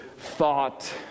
thought